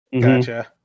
gotcha